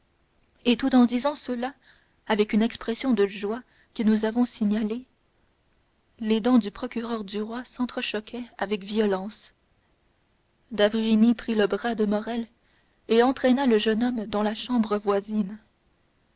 et tout en disant cela avec cette expression de joie que nous avons signalée les dents du procureur du roi s'entrechoquaient avec violence d'avrigny prit le bras de morrel et entraîna le jeune homme dans la chambre voisine